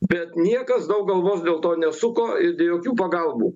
bet niekas daug galvos dėl to nesuko ir jokių pagalbų